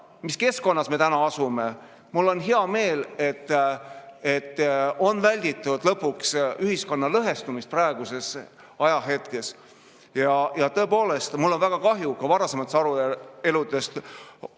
mis keskkonnas me asume. Mul on hea meel, et on välditud lõpuks ühiskonna lõhestumist praeguses ajahetkes. Tõepoolest, mul on väga kahju, ka varasemaid arutelusid